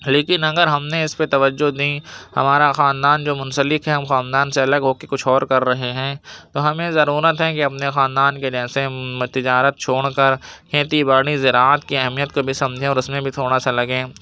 لیکن اگر ہم نے اس پہ توجہ دیں ہمارا خاندان جو منسلک ہیں ہم خاندان سے الگ ہو کے کچھ اور کر رہے ہیں تو ہمیں ضرورت ہے کہ اپنے خاندان کے جیسے تجارت چھوڑ کر کھیتی باڑی زراعت کی اہمیت کو بھی سمجھیں اور اس میں بھی تھوڑا سا لگیں